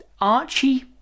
Archie